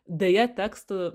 deja tekstų